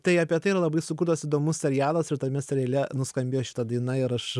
tai apie tai yra labai sukurtas įdomus serialas ir tame seriale nuskambėjo šita daina ir aš